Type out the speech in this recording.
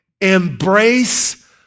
Embrace